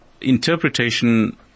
interpretation